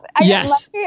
Yes